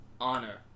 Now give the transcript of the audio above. Honor